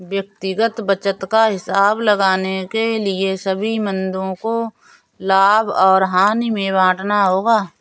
व्यक्तिगत बचत का हिसाब लगाने के लिए सभी मदों को लाभ और हानि में बांटना होगा